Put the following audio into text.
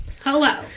Hello